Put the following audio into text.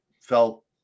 felt